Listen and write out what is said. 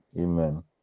Amen